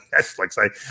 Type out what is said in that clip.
Netflix